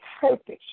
purpose